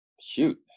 shoot